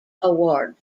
award